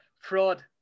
Fraud